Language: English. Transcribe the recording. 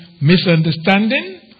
misunderstanding